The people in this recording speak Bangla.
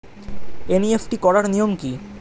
এন.ই.এফ.টি করার নিয়ম কী?